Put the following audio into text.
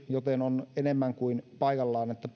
joten on enemmän kuin paikallaan että